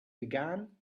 began